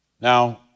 Now